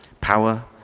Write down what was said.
power